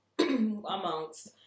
amongst